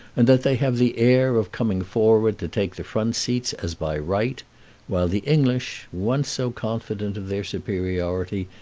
and that they have the air of coming forward to take the front seats as by right while the english, once so confident of their superiority,